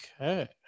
Okay